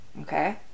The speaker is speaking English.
Okay